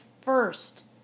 first